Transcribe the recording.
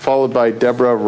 followed by deborah